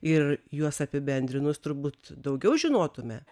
ir juos apibendrinus turbūt daugiau žinotume